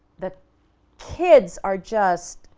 the kids are just,